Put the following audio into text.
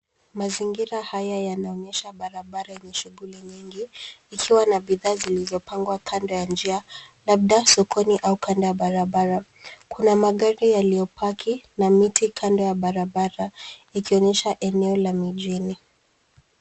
Mazingira haya yanaonyesha barabara yenye shughuli nyingi ikiwa na bidhaa zilizopangwa kando ya njia labda sokoni au kando ya barabara. Kuna magari yaliyopaki na miti kando ya barabara ikionyesha eneo la mijini.